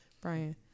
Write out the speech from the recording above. Brian